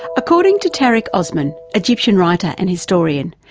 according to tarek osman, egyptian writer and historian,